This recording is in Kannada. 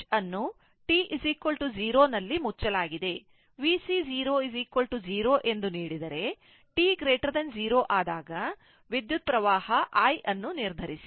VC 0 0 ಎಂದು ನೀಡಿದರೆ t0 ಆದಾಗ ವಿದ್ಯುತ್ ಹರಿವು i ಅನ್ನು ನಿರ್ಧರಿಸಿ